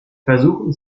versuchen